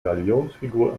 galionsfigur